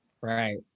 Right